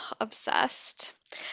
obsessed